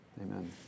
Amen